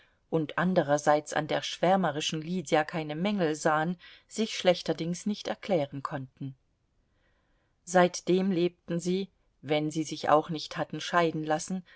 und anderseits an der schwärmerischen lydia keine mängel sahen sich schlechterdings nicht erklären konnten seitdem lebten sie wenn sie sich auch nicht hatten scheiden lassen